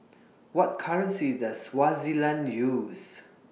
What currency Does Swaziland use